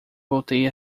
voltei